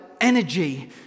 energy